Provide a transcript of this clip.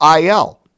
IL